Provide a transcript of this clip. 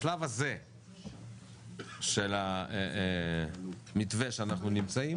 בשלב הזה של המתווה שאנחנו נמצאים,